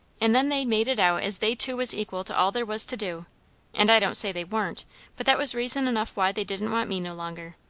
and then they made it out as they two was equal to all there was to do and i don't say they warn't but that was reason enough why they didn't want me no longer.